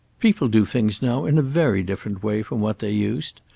people do things now in a very different way from what they used.